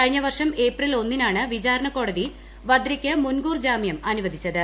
കഴിഞ്ഞ വർഷം ഏപ്രിൽ ഒന്നിനാണ് വിചാര്യ്ക്ക് ക്കോടതി വദ്രയ്ക്ക് മുൻകൂർ ജാമ്യം അനുവദിച്ചത്